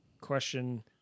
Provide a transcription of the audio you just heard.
question